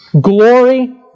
Glory